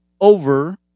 Over